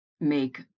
make